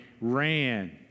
ran